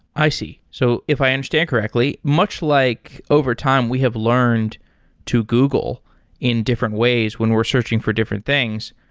i see. so if i understand correctly, much like overtime we have learned to google in different ways when we're searching for different things.